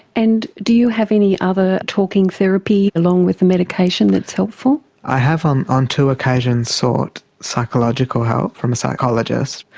and do you have any other talking therapy, along with the medication, that's helpful? i have on on two occasions sought psychological help from a psychologist.